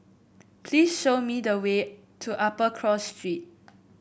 please show me the way to Upper Cross Street